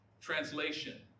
Translation